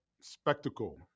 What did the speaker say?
spectacle